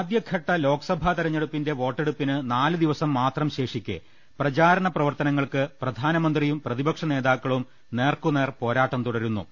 ആദ്യഘട്ട ലോക്സഭാ തെരഞ്ഞെടുപ്പിന്റെ വോട്ടെടുപ്പിന് നാലു ദിവസം മാത്രം ശേഷിക്കെ പ്രചാരണ പ്രവർത്തനങ്ങൾക്ക് പ്രധാന മന്ത്രിയും പ്രതിപക്ഷ നേതാക്കളും നേർക്കു നേർ പോരാട്ടം തുടരു ന്നു